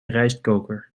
rijstkoker